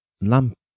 Lamp